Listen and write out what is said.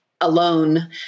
alone